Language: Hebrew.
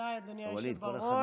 תודה, אדוני היושב-ראש.